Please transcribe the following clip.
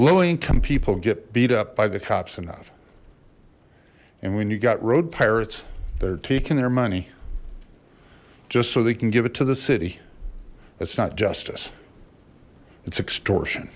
low income people get beat up by the cops enough and when you got road pirates they're taking their money just so they can give it to the city that's not justice it's extortion